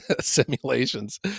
simulations